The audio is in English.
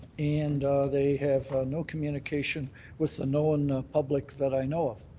and they have no communication with the known public that i know of.